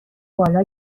بالا